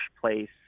place